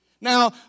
Now